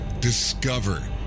discover